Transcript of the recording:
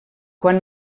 quan